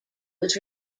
was